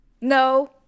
No